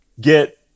get